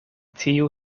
tiu